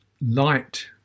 light